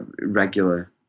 regular